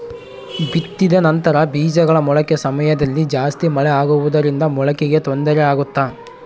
ಬಿತ್ತಿದ ನಂತರ ಬೇಜಗಳ ಮೊಳಕೆ ಸಮಯದಲ್ಲಿ ಜಾಸ್ತಿ ಮಳೆ ಆಗುವುದರಿಂದ ಮೊಳಕೆಗೆ ತೊಂದರೆ ಆಗುತ್ತಾ?